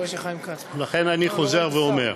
לכן אני חוזר ואומר: